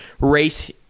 race